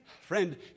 Friend